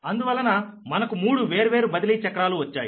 అందువలన మనకు మూడు వేర్వేరు బదిలీ చక్రాలు వచ్చాయి